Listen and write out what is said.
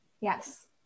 Yes